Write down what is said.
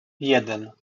jeden